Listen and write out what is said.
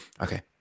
Okay